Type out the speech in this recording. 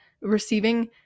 Receiving